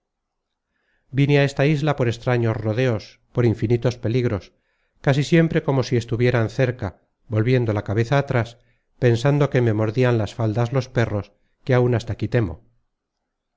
vine á esta isla por extraños rodeos por infinitos peligros casi siempre como si estuvieran cerca volviendo la cabeza atras pensando que me mordian las faldas los perros que áun hasta